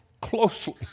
closely